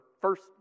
first